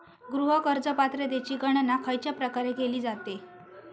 गृह कर्ज पात्रतेची गणना खयच्या प्रकारे केली जाते?